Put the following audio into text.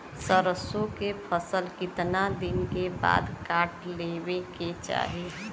सरसो के फसल कितना दिन के बाद काट लेवे के चाही?